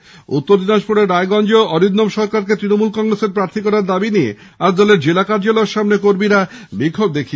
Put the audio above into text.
এদিকে উত্তর দিনাজপুরের রায়গঞ্জেও অরিন্দম সরকারকে তৃণমূল কংগ্রেসের প্রার্থী করার দাবি নিয়ে আজ দলের জেলা কার্যালয়ের সামনে কর্মীরা বিক্ষোভ দেখান